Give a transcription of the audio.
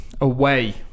away